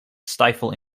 stifle